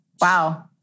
Wow